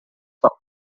south